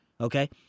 Okay